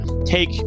Take